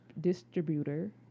distributor